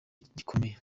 gikomeye